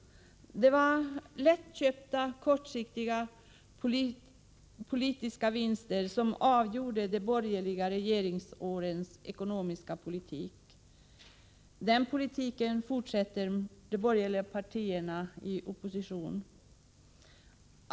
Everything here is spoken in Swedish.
Det var lättköpta, kortsiktiga politiska vinster som avgjorde de borgerliga regeringsårens ekonomiska politik. Den politiken fortsätter de borgerliga partierna att föra i opposition.